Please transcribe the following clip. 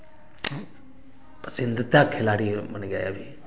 पसंदीदा खिलाड़ी बन गए अभी